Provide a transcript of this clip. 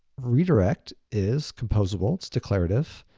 redirect is composable, it's declarative,